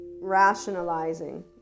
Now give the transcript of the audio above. rationalizing